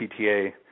PTA